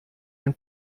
ein